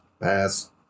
Pass